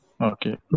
Okay